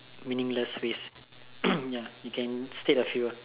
meaningless ways ya you can state a few ah